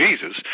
Jesus